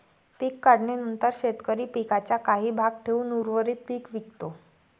पीक काढणीनंतर शेतकरी पिकाचा काही भाग ठेवून उर्वरित पीक विकतो